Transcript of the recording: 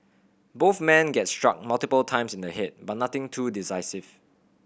both men get struck multiple times in the head but nothing too decisive